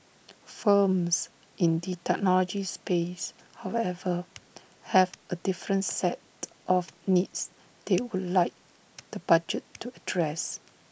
firms in the technology space however have A different set of needs they would like the budget to address